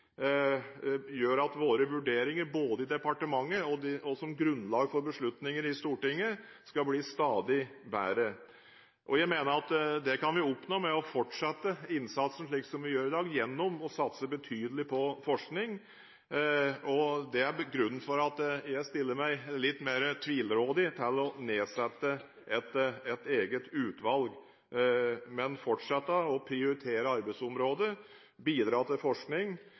gjør at våre vurderinger i departementet og som grunnlag for beslutninger i Stortinget, skal bli stadig bedre. Jeg mener at vi kan oppnå det ved å fortsette innsatsen slik vi gjør i dag, ved å satse betydelig på forskning. Og det er grunnen til at jeg stiller meg litt mer tvilrådig til å nedsette et eget utvalg, men vil fortsette å prioritere arbeidsområdet, bidra til forskning,